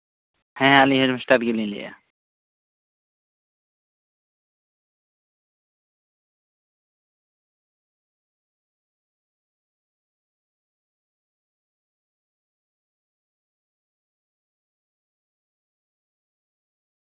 ᱦᱮᱸ ᱟᱞᱤᱧ ᱦᱮᱰᱢᱟᱥᱴᱟᱨ ᱜᱮᱞᱤᱧ ᱞᱟᱹᱭᱮᱜᱼᱟ